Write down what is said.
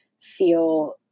feel